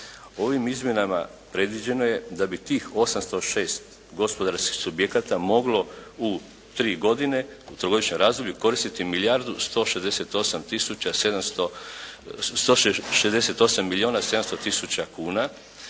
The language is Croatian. Ovim izmjenama predviđeno je da bi tih 806 gospodarskih subjekata moglo u tri godine, trogodišnjem razdoblju koristiti milijardu 168 tisuća,